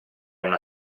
una